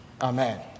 Amen